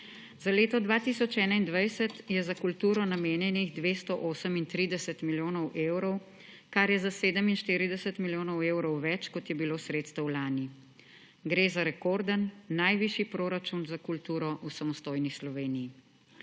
Za leto 2021 je za kulturo namenjenih 238 milijonov evrov, kar je za 47 milijonov evrov več, kot je bilo sredstev lani. Gre za rekorden, najvišji proračun za kulturo v samostojni Sloveniji.